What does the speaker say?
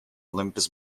olympus